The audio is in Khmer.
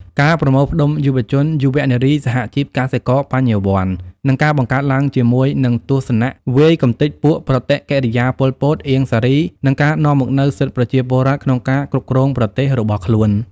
ការប្រមូលផ្តុំ យុវជន យុវនារី សហជីព កសិករ បញ្ញាវន្ត័ និងការបង្កើតឡើងជាមួយនឹងទស្សនវាយកំទេចពួកប្រតិកិរិយា ប៉ុល ពត អៀង សារី និងការនាំមកនូវសិទ្ធិប្រជាពលរដ្ឋក្នុងការគ្រប់គ្រងប្រទេសរបស់ខ្លួន ។